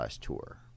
tour